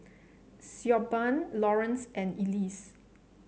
Siobhan Lawrance and Elise